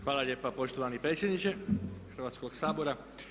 Hvala lijepa poštovani predsjedniče Hrvatskog sabora.